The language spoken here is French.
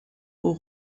aux